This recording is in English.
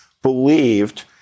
believed